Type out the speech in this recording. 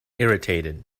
irritated